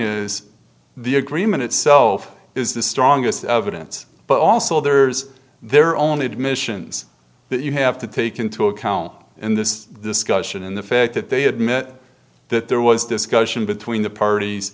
is the agreement itself is the strongest evidence but also there's their own admissions that you have to take into account in this discussion in the fact that they admit that there was discussion between the parties